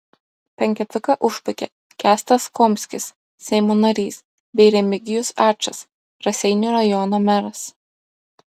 penketuką užbaigia kęstas komskis seimo narys bei remigijus ačas raseinių rajono meras